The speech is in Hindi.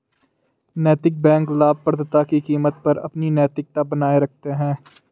नैतिक बैंक लाभप्रदता की कीमत पर अपनी नैतिकता बनाए रखते हैं